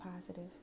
positive